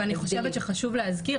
אבל אני חושבת שחשוב להזכיר.